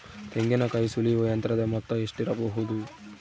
ತೆಂಗಿನಕಾಯಿ ಸುಲಿಯುವ ಯಂತ್ರದ ಮೊತ್ತ ಎಷ್ಟಿರಬಹುದು?